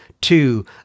two